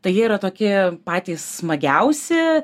tai jie yra tokie patys smagiausi